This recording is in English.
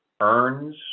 earns